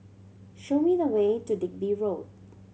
show me the way to Digby Road